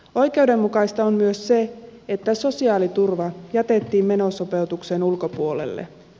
oikeudenmukaista on myös se että sosiaaliturva jätettiin menosopeutuksen ulkopuolelle